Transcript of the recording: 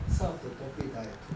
some of the topic that I took